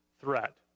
threat